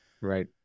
Right